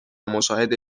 مشاهده